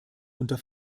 unter